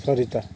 Sarita